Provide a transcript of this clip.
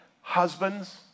husbands